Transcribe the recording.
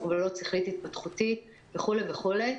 מוגבלות שכלית התפתחותית וכולי וכולי.